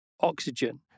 oxygen